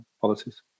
policies